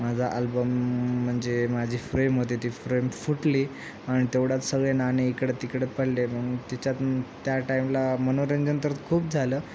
माझा आल्बम म्हंजे माझी फ्रेम होती ती फ्रेम फुटली आणि तेवढ्याच सगळे नाणी इकडं तिकडं पडले मग त्याच्यात त्या टाईमला मनोरंजन तर खूप झालं